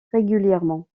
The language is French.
régulièrement